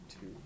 two